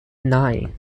nine